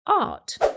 art